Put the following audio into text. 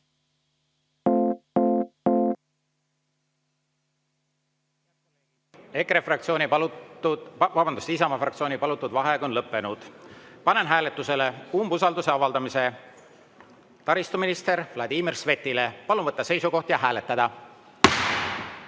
fraktsiooni palutud vaheaeg on lõppenud. Panen hääletusele umbusalduse avaldamise taristuminister Vladimir Svetile. Palun võtta seisukoht ja hääletada!